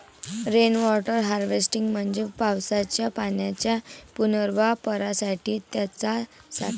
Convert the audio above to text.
rain water harvesting म्हणजे पावसाच्या पाण्याच्या पुनर्वापरासाठी त्याचा साठा